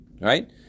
Right